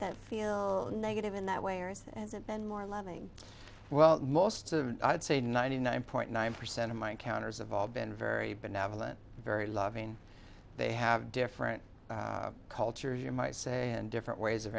that feel negative in that way or is that hasn't been more loving well most of i would say ninety nine point nine percent of my encounters of all been very benevolent very loving they have different cultures you might say and different ways of